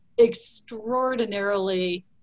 extraordinarily